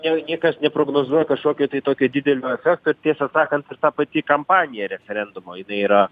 ne niekas neprognozuoja kažkokio tai tokio didelio kad tiesą sakant ir ta pati kampanija referendumo jinai yra